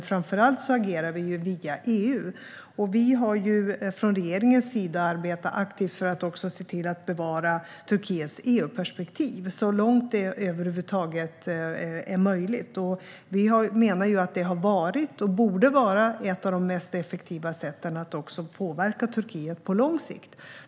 Framför allt agerar vi via EU, och vi har från regeringens sida arbetat aktivt för att också se till att bevara Turkiets EU-perspektiv så långt det över huvud taget är möjligt. Vi menar att det har varit och borde vara ett av de mest effektiva sätten att påverka Turkiet på lång sikt.